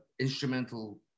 instrumental